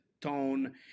tone